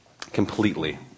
completely